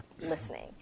listening